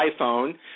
iphone